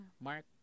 Mark